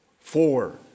Four